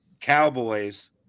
Cowboys